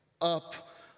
up